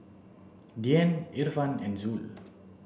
Dian Irfan and Zul